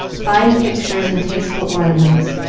fine pictures and tasteful ornaments,